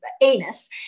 anus